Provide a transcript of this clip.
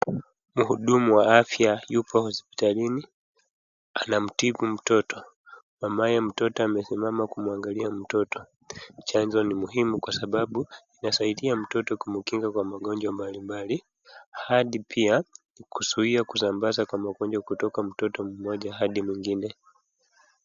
Mhudumu wa afya yupo hospitalini. Anamtibu mtoto. Mamaye mtoto anasimama kumwangalia mtoto. Chanjo ni muhimu kwa sababu inasaidia kumkinga mtoto kwa magonjwa mbali mbali hadi pia kuzuia kusambaza kwa magonjwa kutoka mtoto mmoja hadi mwingine.